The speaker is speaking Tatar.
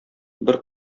бер